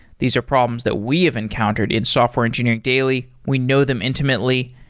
these are problems that we have encountered in software engineering daily. we know them intimately,